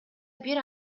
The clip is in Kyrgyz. бир